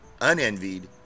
unenvied